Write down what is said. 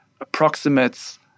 approximates